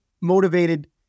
motivated